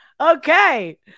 Okay